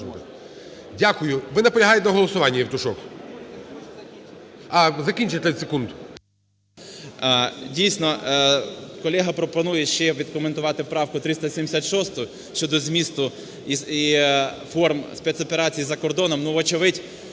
Дякую. Ви наполягаєте на голосуванні, Євтушок? А, закінчити – 30 секунд. 11:10:20 ВІННИК І.Ю. Дійсно, колега пропонує ще відкоментувати правку 376 щодо змісту і форм спецоперацій за кордоном,